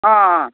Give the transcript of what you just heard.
अँ